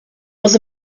was